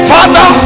Father